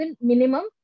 minimum